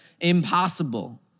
impossible